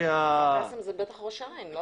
תחנה בראש העין.